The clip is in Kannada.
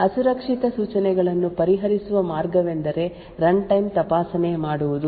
ಅಸುರಕ್ಷಿತ ಸೂಚನೆಗಳನ್ನು ಪರಿಹರಿಸುವ ಮಾರ್ಗವೆಂದರೆ ರನ್ಟೈಮ್ ತಪಾಸಣೆ ಮಾಡುವುದು